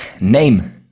Name